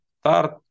start